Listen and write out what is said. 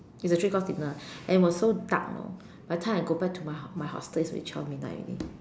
it is a three course dinner and it was so dark you know by the time I go back to my my hostel it's already twelve midnight already